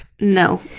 No